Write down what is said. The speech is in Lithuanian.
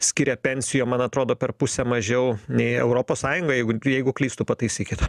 skiria pensijom man atrodo per pusę mažiau nei europos sąjunga jeigu jeigu klystu pataisykit